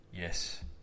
Yes